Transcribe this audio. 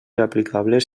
aplicables